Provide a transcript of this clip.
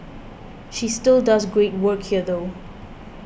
she still does great work here though